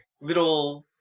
little